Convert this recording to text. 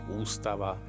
ústava